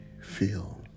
feel